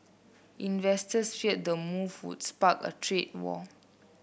investors feared the move would spark a trade war